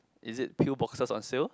is it peal boxes on sale